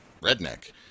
redneck